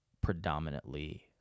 predominantly